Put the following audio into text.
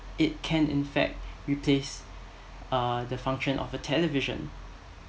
it can in fact replace uh the function of the television